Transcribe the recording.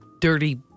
dirty